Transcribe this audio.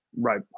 Right